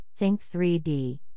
Think3D